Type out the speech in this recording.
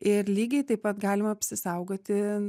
ir lygiai taip pat galima apsisaugoti